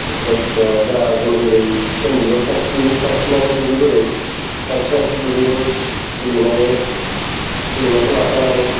जायखिया जा जों जेरै उन्दैआव सानस्रियै सानस्रिनानै दुगैबोदों सानस्रि सानस्रि दुगैदों गेलेनाय गेलेनायखौ लाफानानै